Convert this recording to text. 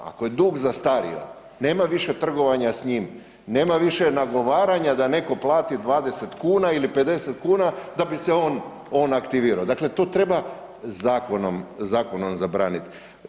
Ako je dug zastario, nema više trgovanja s njim, nema više nagovaranja da netko plati 20 kuna ili 50 kuna, da bi se on aktivirao, dakle to treba zakonom zabraniti.